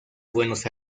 buenos